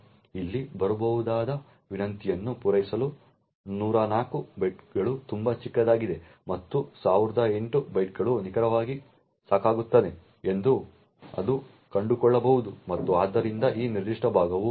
ಇಲ್ಲಿ ಬರಬಹುದಾದ ವಿನಂತಿಯನ್ನು ಪೂರೈಸಲು 104 ಬೈಟ್ಗಳು ತುಂಬಾ ಚಿಕ್ಕದಾಗಿದೆ ಮತ್ತು 1008 ಬೈಟ್ಗಳು ನಿಖರವಾಗಿ ಸಾಕಾಗುತ್ತದೆ ಎಂದು ಅದು ಕಂಡುಕೊಳ್ಳಬಹುದು ಮತ್ತು ಆದ್ದರಿಂದ ಈ ನಿರ್ದಿಷ್ಟ ಭಾಗವು ಆ ವಿನಂತಿಗೆ ಹಂಚಿಕೆಯಾಗುತ್ತದೆ